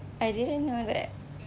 I didn't know that